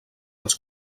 els